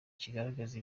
kigaragaza